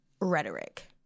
rhetoric